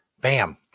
Bam